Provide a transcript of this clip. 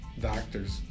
doctors